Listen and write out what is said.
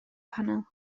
panel